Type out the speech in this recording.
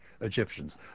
Egyptians